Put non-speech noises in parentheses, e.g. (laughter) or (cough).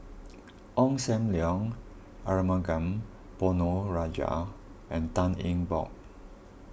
(noise) Ong Sam Leong Arumugam Ponnu Rajah and Tan Eng Bock